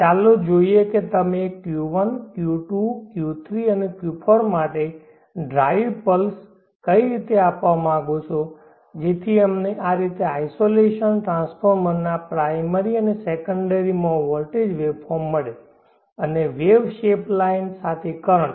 ચાલો જોઈએ કે તમે Q1 Q2 Q3 Q4 માટે ડ્રાઇવ પલ્સ કેવી રીતે આપવા માંગો છો જેથી અમને આ રીતે આઇસોલેશન ટ્રાન્સફોર્મર ના પ્રાયમરી અને સેકન્ડરી માં વોલ્ટેજ વેવફોર્મ મળે અને વેવ શેપ લાઇન સાથે કરંટ